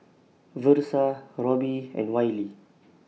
Versa Roby and Wiley